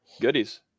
goodies